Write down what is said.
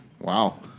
Wow